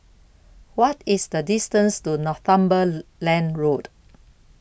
What IS The distance to Northumberland Road